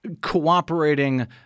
cooperating